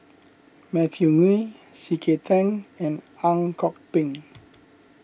Matthew Ngui C K Tang and Ang Kok Peng